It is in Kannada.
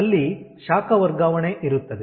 ಅಲ್ಲಿ ಶಾಖ ವರ್ಗಾವಣೆ ಇರುತ್ತದೆ